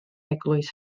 eglwys